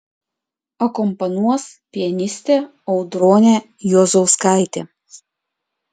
akompanuos pianistė audronė juozauskaitė